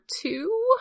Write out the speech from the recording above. two